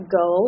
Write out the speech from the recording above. go